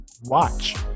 watch